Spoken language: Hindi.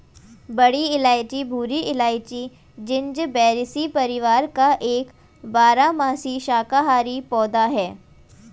बड़ी इलायची भूरी इलायची, जिंजिबेरेसी परिवार का एक बारहमासी शाकाहारी पौधा है